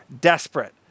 desperate